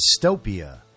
dystopia